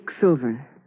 Silver